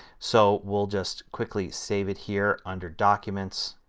so we'll just quickly save it here under documents.